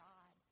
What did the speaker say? God